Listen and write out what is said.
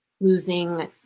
losing